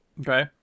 okay